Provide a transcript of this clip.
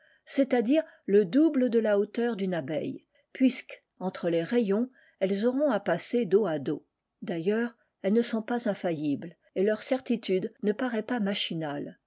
c'est-à-dire le double de la hauteur d'une abeille puisque entre les rayons elles auront à passer dos à dos d'ailleurs elles ne sont pas infaillibles et leur certitude ne parait pas machinale